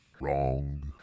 Wrong